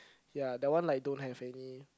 ya that one like don't have any